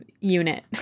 unit